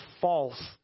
false